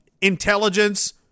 intelligence